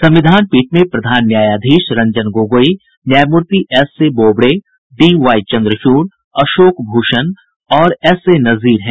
संविधान पीठ में प्रधान न्यायाधीश रंजन गोगोई न्यायमूर्ति एसए बोबडे डीवाई चन्द्रचूड़ अशोक भूषण और एसए नजीर हैं